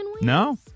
No